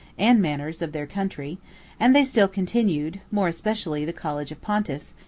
and manners of their country and they still continued, more especially the college of pontiffs,